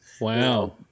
wow